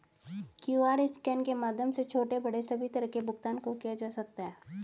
QR scan के माध्यम से छोटे बड़े सभी तरह के भुगतान को किया जा सकता है